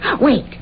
Wait